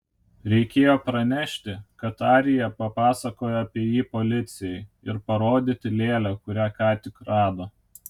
reikėjo pranešti kad arija papasakojo apie jį policijai ir parodyti lėlę kurią ką tik rado